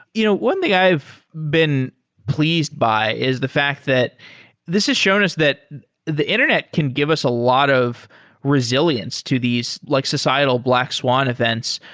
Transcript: you know one thing i've been pleased by is the fact that this is shown as that the internet can give us a lot of resilience to these like societal black swan events.